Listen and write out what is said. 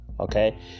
Okay